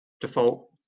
default